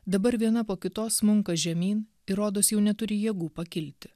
dabar viena po kitos smunka žemyn ir rodos jau neturi jėgų pakilti